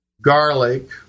garlic